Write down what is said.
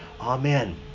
amen